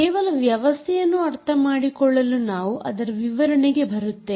ಕೇವಲ ವ್ಯವಸ್ಥೆಯನ್ನು ಅರ್ಥಮಾಡಿಕೊಳ್ಳಲು ನಾವು ಅದರ ವಿವರಣೆಗೆ ಬರುತ್ತೇವೆ